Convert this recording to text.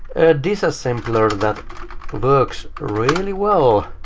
disassembler, that works ah really well.